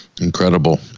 incredible